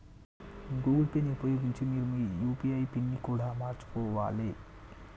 Google Pay ని ఉపయోగించి మీరు మీ యూ.పీ.ఐ పిన్ని కూడా మార్చుకోవాలే